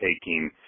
taking